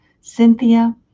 Cynthia